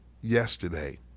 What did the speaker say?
yesterday